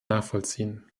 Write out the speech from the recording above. nachvollziehen